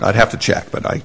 i'd have to check but i